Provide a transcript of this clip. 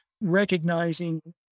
recognizing